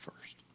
first